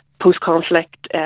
post-conflict